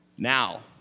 Now